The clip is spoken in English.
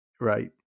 Right